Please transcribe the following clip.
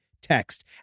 text